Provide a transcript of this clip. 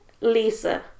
Lisa